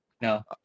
No